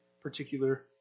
particular